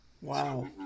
wow